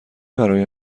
برای